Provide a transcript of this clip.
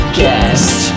guest